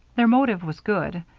their motive was good.